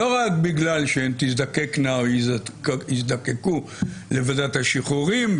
לא רק בגלל שהן תזדקקנה לוועדת השחרורים,